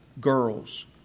Girls